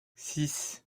six